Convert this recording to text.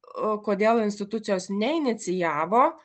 o kodėl institucijos neinicijavo